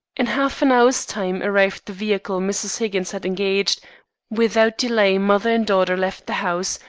in half-an-hour's time arrived the vehicle mrs. higgins had engaged without delay mother and daughter left the house,